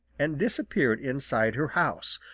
and disappeared inside her house,